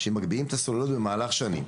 שמגביהים את הסוללות במהלך שנים,